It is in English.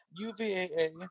UVAA